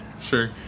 Sure